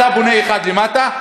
אתה בונה אחד למטה,